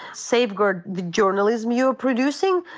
safeguard the journalism you're producing.